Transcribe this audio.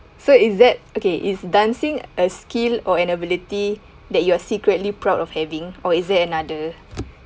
so is that okay is dancing a skill or an ability that you are secretly proud of having or is there another